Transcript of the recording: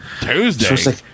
Tuesday